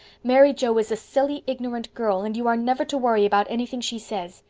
mary joe is a silly, ignorant girl, and you are never to worry about anything she says,